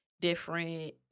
different